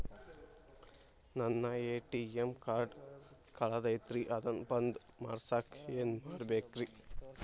ನನ್ನ ATM card ಕಳದೈತ್ರಿ ಅದನ್ನ ಬಂದ್ ಮಾಡಸಾಕ್ ಏನ್ ಮಾಡ್ಬೇಕ್ರಿ?